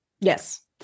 Yes